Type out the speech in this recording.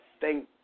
thank